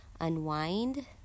unwind